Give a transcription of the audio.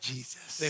Jesus